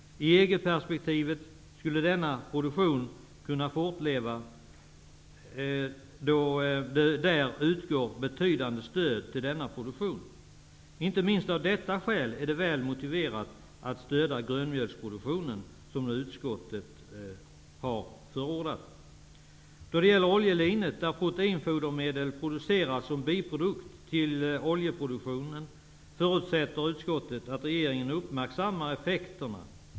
I EG perspektivet skulle denna produktion kunna fortleva, genom att det där utgår betydande stöd till sådan produktion. Inte minst av detta skäl är det väl motiverat att stödja grönmjölsproduktionen, som nu utskottet har förordat. Då det gäller oljelinet, där proteinfodermedel utvinns som en biprodukt till oljeproduktionen, förutsätter utskottet att regeringen uppmärksammar effekterna.